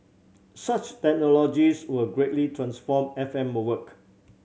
such technologies will greatly transform F M work